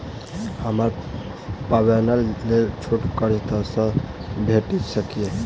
हमरा पाबैनक लेल छोट कर्ज कतऽ सँ भेटि सकैये?